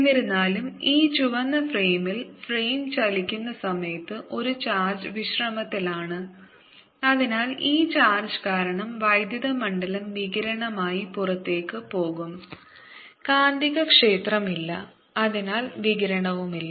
എന്നിരുന്നാലും ഈ ചുവന്ന ഫ്രെയിമിൽ ഫ്രെയിം ചലിക്കുന്ന സമയത്ത് ഒരു ചാർജ് വിശ്രമത്തിലാണ് അതിനാൽ ഈ ചാർജ് കാരണം വൈദ്യുത മണ്ഡലം വികിരണമായി പുറത്തേക്ക് പോകും കാന്തികക്ഷേത്രമില്ല അതിനാൽ വികിരണവുമില്ല